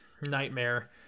nightmare